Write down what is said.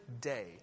day